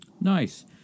Nice